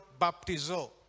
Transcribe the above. baptizo